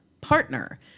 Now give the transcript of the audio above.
partner